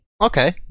Okay